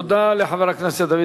תודה לחבר הכנסת דוד